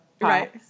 Right